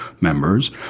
members